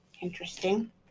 Interesting